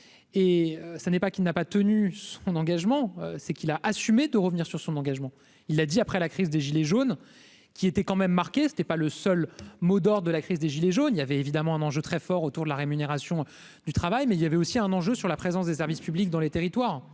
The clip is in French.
et ça n'est pas, qui n'a pas tenu. Mon engagement, c'est qu'il a assumé de revenir sur son engagement, il a dit, après la crise des gilets jaunes, qui était quand même marqué ce n'est pas le seul mot d'or de la crise des gilets jaunes, il y avait évidemment un enjeu très fort autour de la rémunération du travail mais il y avait aussi un enjeu sur la présence des services publics dans les territoires